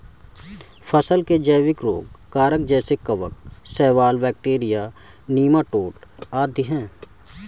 फसल के जैविक रोग कारक जैसे कवक, शैवाल, बैक्टीरिया, नीमाटोड आदि है